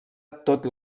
tot